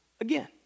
again